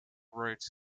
wrote